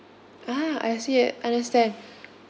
ah I see understand